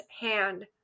hand